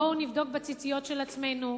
בואו נבדוק בציציות של עצמנו.